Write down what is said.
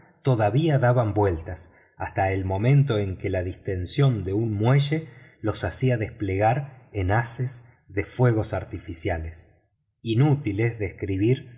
todavía daban vueltas hasta el momento en que la distensión de un muelle los hacía desplegar en haces de fuegos artificiales inútil es describir